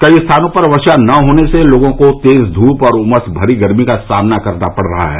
कई स्थानों पर वर्षा न होने से लोगों को तेज धूप और उमस भरी गर्मी का सामना करना पड़ रहा है